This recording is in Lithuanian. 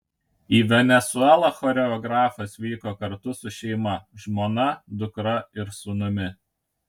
į venesuelą choreografas vyko kartu su šeima žmona dukra ir sūnumi